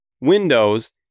Windows